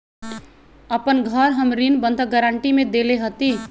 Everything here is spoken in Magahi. अपन घर हम ऋण बंधक गरान्टी में देले हती